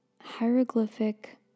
hieroglyphic